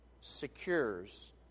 secures